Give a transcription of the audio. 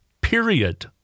period